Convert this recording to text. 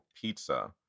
Pizza